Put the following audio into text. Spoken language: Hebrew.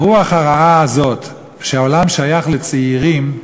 הרוח הרעה הזאת, שהעולם שייך לצעירים,